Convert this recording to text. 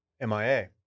MIA